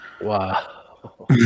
Wow